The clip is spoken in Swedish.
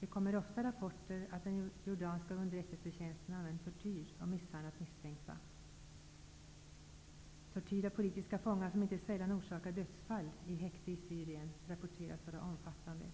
Det kommer ofta rapporter om att den jordanska underrättelsetjänsten använt tortyr och misshandlat misstänkta. Tortyren av politiska fångar, som inte sällan förorsakar dödsfall i häkten i Syrien, rapporteras vara omfattande.